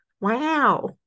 wow